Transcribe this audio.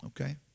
okay